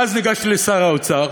ואז ניגשתי לשר האוצר